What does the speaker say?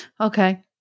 Okay